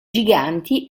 giganti